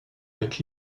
avec